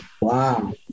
Wow